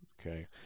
Okay